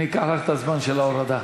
אקח לך את הזמן של ההורדה.